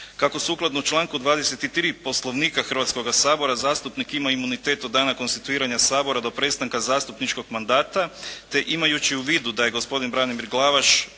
Kako sukladno članku 23. Poslovnika Hrvatskoga sabora zastupnik ima imunitet od dana konstituiranja Hrvatskoga sabora do prestanka zastupničkog mandata te imajući u vidu da je gospodin Branimir Glavaš